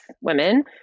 women